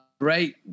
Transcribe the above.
great